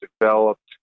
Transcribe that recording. developed